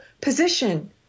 position